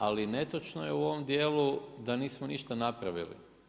Ali, netočno je u ovom dijelu da nismo ništa napravili.